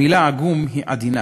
המילה עגום היא עדינה.